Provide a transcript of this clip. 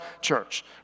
church